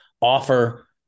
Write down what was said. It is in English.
offer